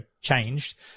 changed